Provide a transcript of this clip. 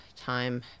time